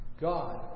God